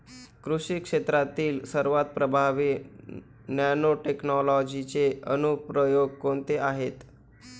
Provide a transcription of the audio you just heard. कृषी क्षेत्रातील सर्वात प्रभावी नॅनोटेक्नॉलॉजीचे अनुप्रयोग कोणते आहेत?